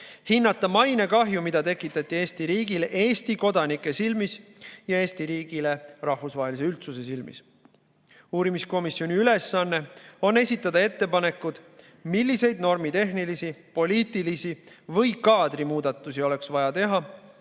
hinnata mainekahju, mida tekitati Eesti riigile Eesti kodanike silmis ja Eesti riigile rahvusvahelise üldsuse silmis. Uurimiskomisjoni ülesanne on esitada ettepanekud, milliseid normitehnilisi, poliitilisi või kaadrimuudatusi oleks vaja teha